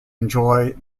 enjoy